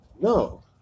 No